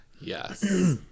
Yes